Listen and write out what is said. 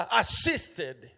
assisted